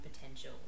potential